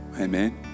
Amen